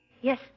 Yes